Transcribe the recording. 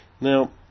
Now